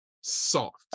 soft